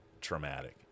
traumatic